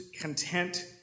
content